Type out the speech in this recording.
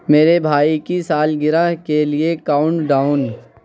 میرے بھائی کی سالگرہ کے لیے کاؤن ڈاؤن